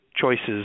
choices